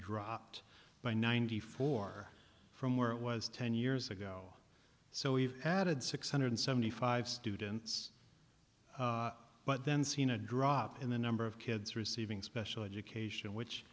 dropped by ninety four from where it was ten years ago so we've added six hundred seventy five students but then seen a drop in the number of kids receiving special education which